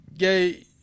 gay